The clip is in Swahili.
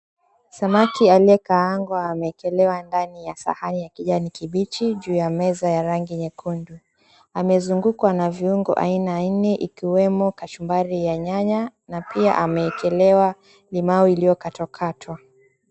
Samaki aliyekaangwa ameekelewa ndani ya sahani ya kijani kibichi juu ya meza ya rangi nyekundu. Amezungkwa na viungo aina nne ikiwemo kachumbari ya nyanya na pia ameekelewa limau iliyo katwakatwa.